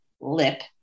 Lip